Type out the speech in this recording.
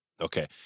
Okay